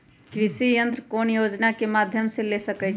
कृषि यंत्र कौन योजना के माध्यम से ले सकैछिए?